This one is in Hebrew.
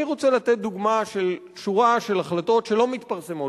אני רוצה לתת דוגמה של שורה של החלטות שלא מתפרסמות,